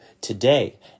today